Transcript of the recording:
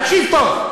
תקשיב טוב.